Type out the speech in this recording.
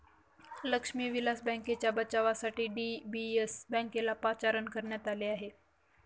लक्ष्मी विलास बँकेच्या बचावासाठी डी.बी.एस बँकेला पाचारण करण्यात आले आहे